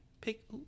pick